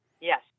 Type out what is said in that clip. Yes